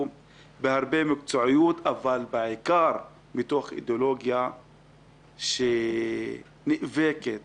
במקצועיות ומתוך אידיאולוגיה שנאבקת